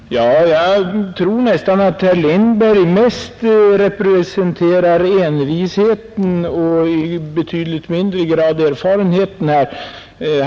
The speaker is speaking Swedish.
Herr talman! Jag tror nästan att herr Lindberg mest representerar envisheten och i betydligt lägre grad erfarenheten i den här frågan.